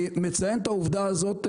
אני מציין את העובדה הזאת.